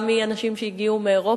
גם מאנשים שהגיעו מאירופה,